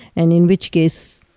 and in which case,